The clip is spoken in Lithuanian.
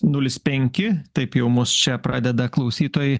nulis penki taip jau mus čia pradeda klausytojai